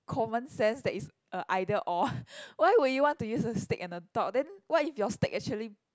common sense that it's a either or why would you want to use a stick and a dot then what if your stick actually